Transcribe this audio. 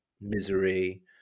misery